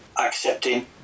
accepting